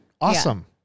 awesome